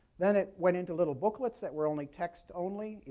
then it went into little booklets that were only text only.